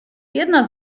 jedna